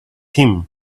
him